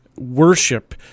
Worship